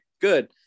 good